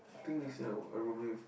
I think next year I I room with